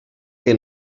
que